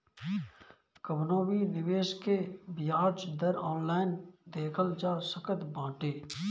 कवनो भी निवेश के बियाज दर ऑनलाइन देखल जा सकत बाटे